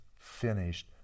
finished